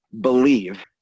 believe